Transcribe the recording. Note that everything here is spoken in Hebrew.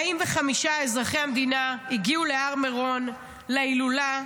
45 מאזרחי המדינה הגיעו להר מירון להילולה,